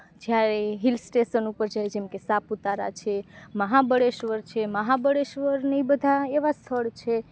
જઈએ hill station ઉપર જઈએ જેમ કે સાપુતારા છે મહાબળેશ્વર છે મહાબળેશ્વર ને એ બધાં એવાં સ્થળ છે